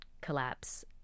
collapse